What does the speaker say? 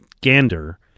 Gander